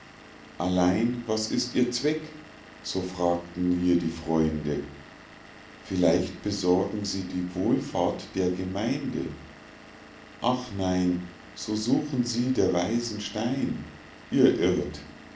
allein was ist ihr zweck so fragten hier die freunde vielleicht besorgen sie die wohlfahrt der gemeinde ach nein so suchen sie der weisen stein ihr irrt